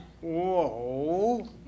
Whoa